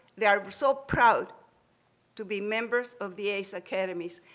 they are so proud to be members of the ace academies,